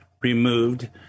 removed